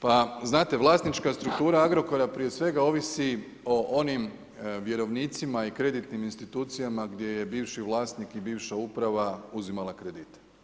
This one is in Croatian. Pa znate vlasnička struktura Agrokora prije svega ovisi o onim vjerovnicima i kreditnim institucijama gdje je bivši vlasnik i bivša uprava uzimala kredite.